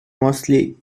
mostly